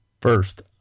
First